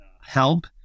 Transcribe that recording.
help